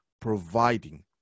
providing